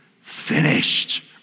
finished